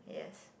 yes